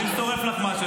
אז אם שורף לך משהו,